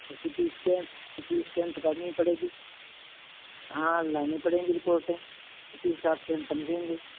सी T scan C T scan तो करनी ही पड़ेगी हाँ लानी पड़ेंगी रिपोर्टें उसी हिसाब से हम समझेंगे